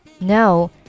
No